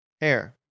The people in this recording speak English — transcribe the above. hair